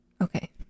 okay